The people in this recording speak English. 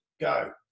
go